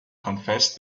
confessed